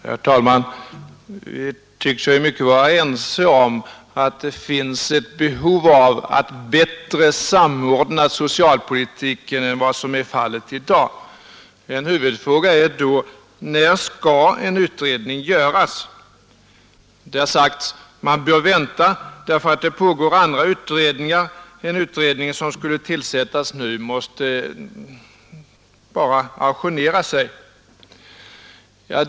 Herr talman! Vi tycks i mycket vara ense om att det finns ett behov av att bättre samordna socialpolitiken än vad som är fallet i dag. En huvudfråga är då: När skall en utredning härom göras? Det har sagts att man bör vänta därför att det pågår andra utredningar; en utredning som skulle tillsättas nu måste bara ajournera sig.